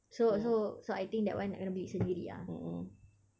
so so so I think that one nak kena beli sendiri ah